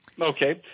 Okay